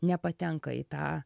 nepatenka į tą